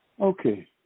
Okay